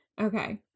Okay